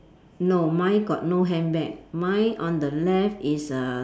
no mine got no handbag mine on the left is a